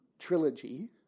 trilogy